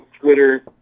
Twitter